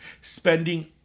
spending